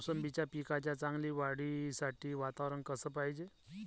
मोसंबीच्या पिकाच्या चांगल्या वाढीसाठी वातावरन कस पायजे?